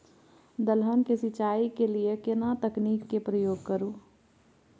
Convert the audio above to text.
दलहन के सिंचाई के लिए केना तकनीक के प्रयोग करू?